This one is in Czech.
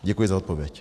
Děkuji za odpověď.